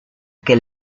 que